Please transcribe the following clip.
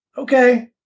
Okay